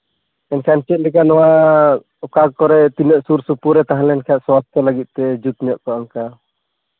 ᱮᱱᱠᱷᱟᱱ ᱪᱮᱫ ᱞᱮᱠᱟ ᱱᱚᱣᱟ ᱚᱠᱟ ᱠᱚᱨᱮᱫ ᱛᱤᱱᱟᱹᱜ ᱥᱩᱨᱼᱥᱩᱯᱩᱨ ᱨᱮ ᱛᱟᱦᱮᱸ ᱞᱮᱱᱠᱷᱟᱱ ᱥᱟᱥᱛᱷᱚ ᱞᱟᱹᱜᱤᱫ ᱛᱮ ᱡᱩᱛ ᱧᱚᱜ ᱠᱚᱜᱼᱟ ᱚᱱᱠᱟ